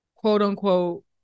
quote-unquote